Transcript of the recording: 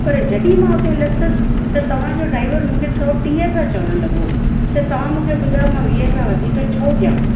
पर जॾहिं मां हुते लथसि त तव्हां जो ड्राईवर मूंखे सौ टीह रुपया चवण लॻो त तव्हां मूंखे ॿुधायो मां वीह रुपया वधीक छो ॾियां